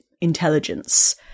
intelligence